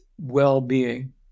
well-being